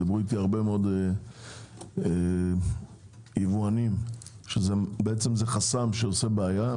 דיברו איתי הרבה מאוד יבואנים על כך שזה חסם שעושה בעיה.